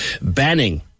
banning